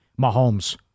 Mahomes